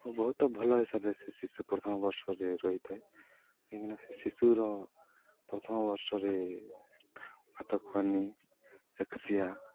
ମୁଁ ବହୁତ ଭଲ ହିସାବରେ ସେ ଶିଶୁ ପ୍ରଥମ ବର୍ଷରେ ରହିଥାଏ କାହିଁକିନା ସେ ଶିଶୁର ପ୍ରଥମ ବର୍ଷରେ ଭାତଖୁଆନି ଏକୋଇଶିଆ